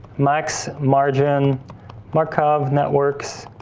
max margin markov networks.